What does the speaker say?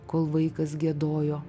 kol vaikas giedojo